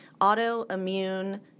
autoimmune